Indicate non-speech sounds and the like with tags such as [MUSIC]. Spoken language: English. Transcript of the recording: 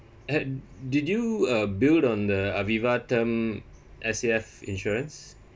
had [NOISE] did you uh built on the Aviva term S_A_F insurance